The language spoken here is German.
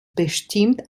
bestimmt